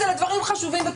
זה מה שקורה לנו.